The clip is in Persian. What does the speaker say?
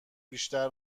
بیشتر